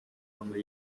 dónde